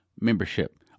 membership